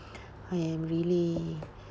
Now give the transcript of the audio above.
I am really